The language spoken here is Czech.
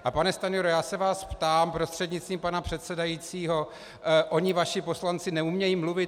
A pane Stanjuro, já se vás ptám prostřednictvím pana předsedajícího: Oni vaši poslanci neumějí mluvit?